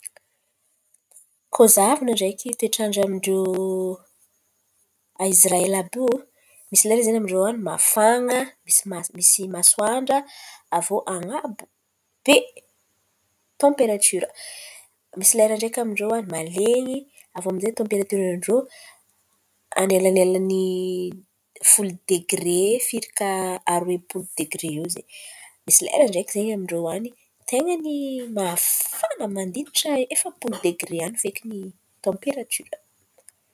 Koa zahavan̈a ndraiky toetrandra amin-drô a Izrael àby io, misy lera zen̈y amin-drô an̈y mafana misy ma- misy masoandra, avô an̈abo be tamperatiora. Misy lera ndraiky amin-drô malen̈y, avô aminjay tamperatioran-drô an̈elan̈elan'ny folo degre firika aroe polo degre iô ze. Misy lera ndraiky zen̈y amin-drô an̈y ten̈a mafana, mandilatra ny efapolo degre an̈y zen̈y ny tamperatiora.